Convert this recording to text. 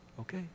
Okay